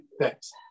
thanks